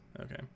Okay